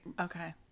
Okay